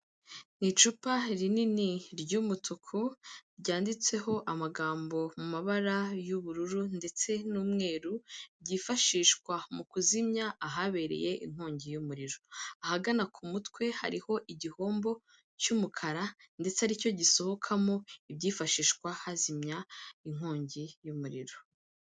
Icupa rinini ry'umutuku ryanditseho amagambo mu mabara y'ubururu ndetse n'umweru, ryifashishwa mu kuzimya ahabereye inkongi y'umuriro, ahagana ku mutwe hariho igihombo cy'umukara, ndetse aricyo gisohokamo ibyifashishwa hazimya inkongi y'umuriro.